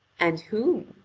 and whom?